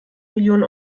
millionen